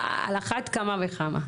על אחת כמה וכמה.